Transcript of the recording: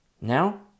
Now